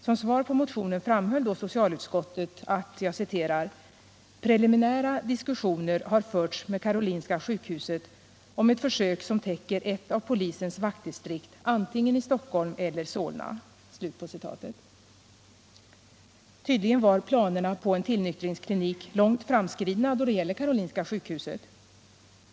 Som svar på motionen framhöll då socialutskottet att ”preliminära diskussioner har förts med Karolinska sjukhuset om ett försök som täcker ett av polisens vaktdistrikt antingen i Stockholm eller Solna”. Tydligen var planerna på en tillnyktringsklinik långt framskridna då det gäller Karolinska sjukhuset.